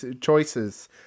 choices